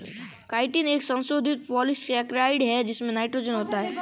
chitin एक संशोधित polysaccharide है जिसमें नाइट्रोजन होता है